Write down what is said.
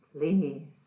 please